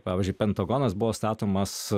pavyzdžiui pentagonas buvo statomas